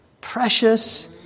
Precious